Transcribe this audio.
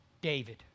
David